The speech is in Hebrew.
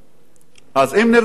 אז אם נרדמו בשמירה,